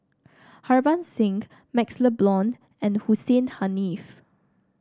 Harbans Singh MaxLe Blond and Hussein Haniff